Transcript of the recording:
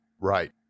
Right